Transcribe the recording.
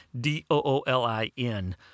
D-O-O-L-I-N